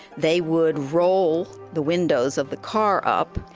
they would roll the windows of the car up.